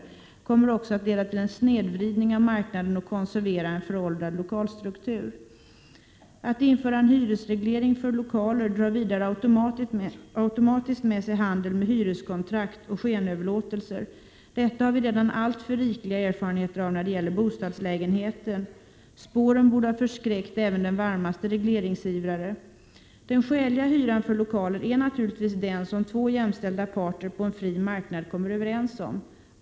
Det kommer också att leda till en snedvridning av marknaden och konservera en föråldrad lokalstruktur. Att införa en hyresreglering för lokaler drar vidare automatiskt med sig handel med hyreskontrakt och skenöverlåtelser. Detta har vi redan alltför rikliga erfarenheter av när det gäller bostadslägenheter. Spåren borde ha förskräckt även den varmaste regleringsivrare. Den skäliga hyran för lokaler är naturligtvis den som två jämställda parter på en fri marknad kommer överens om.